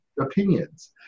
opinions